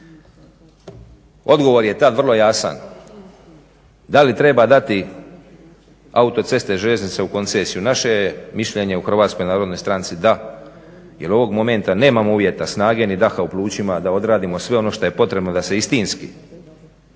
Odgovor je taj vrlo jasan, da li treba dati autoceste, željeznice u koncesiju. Naše je mišljenje u Hrvatskoj narodnoj stranci da, jer ovog momenta nemamo uvjeta snage ni daha u plućima da odradimo sve ono što je potrebno da se istinski